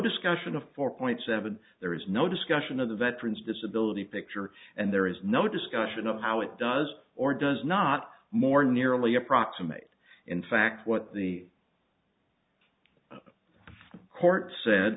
discussion of four point seven there is no discussion of the veterans disability picture and there is no discussion of how it does or does not more nearly approximate in fact what the court said